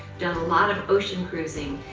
done a lot of ocean cruising,